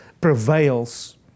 prevails